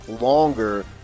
longer